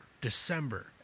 December